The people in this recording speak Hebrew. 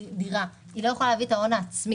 דירה כי היא לא יכולה להביא את ההון העצמי.